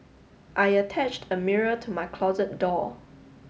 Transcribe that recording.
I attached a mirror to my closet door